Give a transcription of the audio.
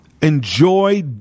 enjoy